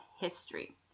history